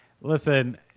Listen